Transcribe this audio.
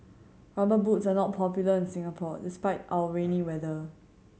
Rubber Boots are not popular in Singapore despite our rainy weather